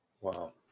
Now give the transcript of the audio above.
Wow